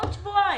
עוד שבועיים.